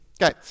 Okay